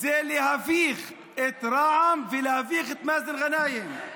היא להביך את רע"מ ולהביך את מאזן גנאים.